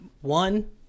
one